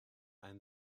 and